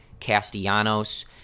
Castellanos